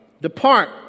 Depart